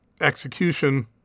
execution